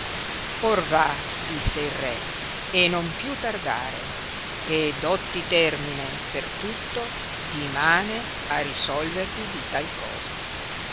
or va disse il re e non più tardare e dotti termine per tutto dimane a risolverti di tal cosa